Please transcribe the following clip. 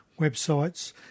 websites